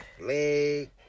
Leg